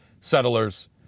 settlers